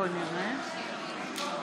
(קוראת בשמות חברי הכנסת)